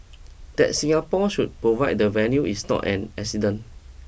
that Singapore should provide the venue is not an accident